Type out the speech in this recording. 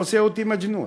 זה עושה אותי מג'נון,